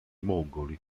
mongoli